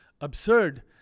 absurd